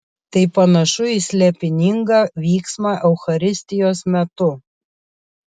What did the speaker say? tai panašu į slėpiningą vyksmą eucharistijos metu